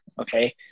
okay